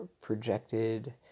projected